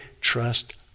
trust